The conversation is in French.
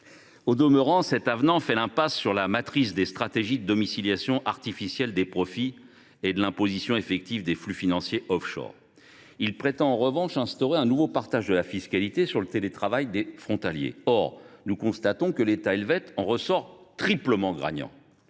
Au demeurant, cet avenant fait l’impasse sur la matrice des stratégies de domiciliation artificielle des profits et de l’imposition effective des flux financiers offshore, mais prétend instaurer un nouveau partage de la fiscalité sur le télétravail des frontaliers. Or nous constatons que l’État helvétique en ressort triplement gagnant.